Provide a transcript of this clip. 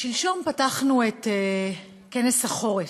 שלשום פתחנו את כנס החורף.